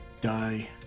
die